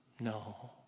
no